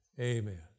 Amen